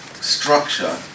structure